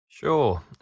Sure